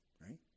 right